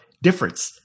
Difference